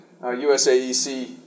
USAEC